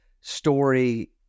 story